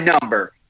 number